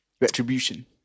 Retribution